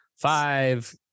five